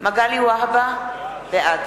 מגלי והבה, בעד